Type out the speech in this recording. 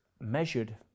measured